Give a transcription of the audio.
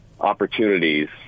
opportunities